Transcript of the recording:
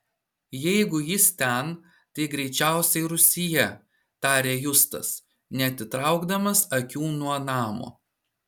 jeigu jis ten tai greičiausiai rūsyje tarė justas neatitraukdamas akių nuo namo